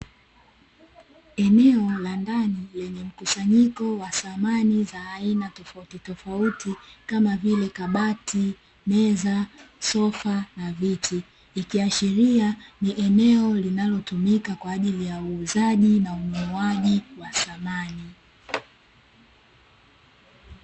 Eneo la ndani lenye mkusanyiko wa samani za aina tofautitofauti, kama vile: kabati, meza, sofa na viti. Ikiashiria ni eneo linalotumika kwa ajili ya uuzaji na ununuaji wa samani.